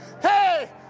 hey